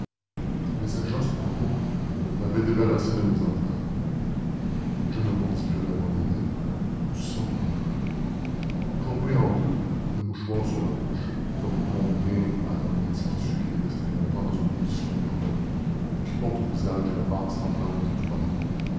les agents cependant m'avaient débarrassé de mes entraves je me mordis violemment les lèvres du sang coula courbé en deux le mouchoir sur la bouche comme il convient à un individu qui est resté longtemps dans une position incommode et qui porte au visage la marque sanglante du bâillon